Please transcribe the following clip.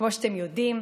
כמו שאתם יודעים,